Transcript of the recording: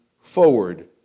forward